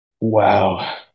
wow